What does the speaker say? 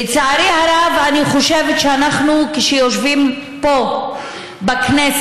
לצערי הרב, אני חושבת שכשאנחנו יושבים פה בכנסת